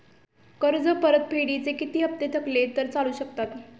कर्ज परतफेडीचे किती हप्ते थकले तर चालू शकतात?